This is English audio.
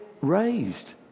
raised